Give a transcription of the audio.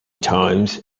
times